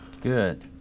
Good